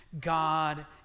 God